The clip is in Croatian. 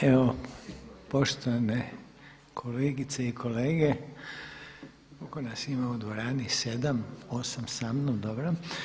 Evo, poštovane kolegice i kolege, koliko nas ima u dvorani, 7, 8 samnom, dobro.